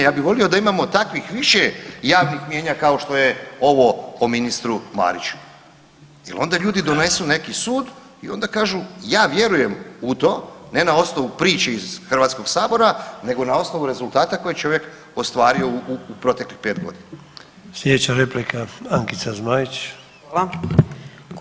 Ja bih volio da imamo takvih više javnih mijenja kao što je ovo o ministru Mariću jel onda ljudi donesu neki sud i onda kažu ja vjerujem u to ne na osnovu priče iz HS nego na osnovu rezultata koje je čovjek ostvario u proteklih 5.g.